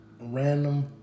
Random